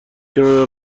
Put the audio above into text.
کنار